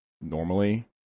normally